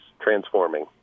transforming